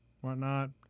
Whatnot